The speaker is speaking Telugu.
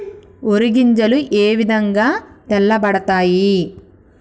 వరి గింజలు ఏ విధంగా తెల్ల పడతాయి?